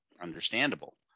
understandable